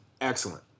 excellent